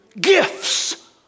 gifts